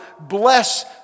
bless